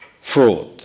fraud